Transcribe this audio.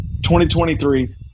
2023